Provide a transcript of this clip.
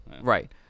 Right